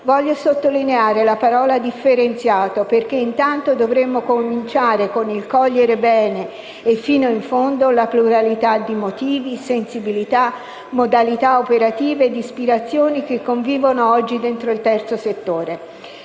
Voglio sottolineare la parola «differenziato», perché intanto dovremmo cominciare con il cogliere bene e fino in fondo la pluralità di motivi, sensibilità, modalità operative ed ispirazioni che convivono oggi dentro il terzo settore.